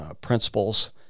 principles